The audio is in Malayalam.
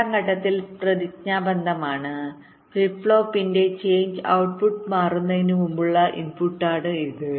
രണ്ടാം ഘട്ടത്തിൽ പ്രതിജ്ഞാബദ്ധമാണ് ഫിസ്റ്റ് ഫ്ലിപ്പ് ഫ്ലോപ്പിന്റെ ചേഞ്ച് ഔട്ട്പുട്ട് മാറുന്നതിന് മുമ്പുള്ള ഇൻപുട്ടാണ് ഇത്